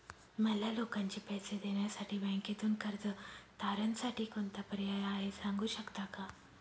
मला लोकांचे पैसे देण्यासाठी बँकेतून कर्ज तारणसाठी कोणता पर्याय आहे? सांगू शकता का?